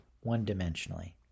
one-dimensionally